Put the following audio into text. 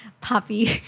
puppy